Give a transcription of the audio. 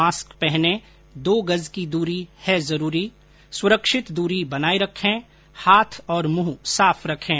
mask पहनें दो गज की दूरी है जरूरी सुरक्षित दूरी बनाए रखें हाथ और मुंह साफ रखें